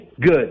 Good